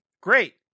great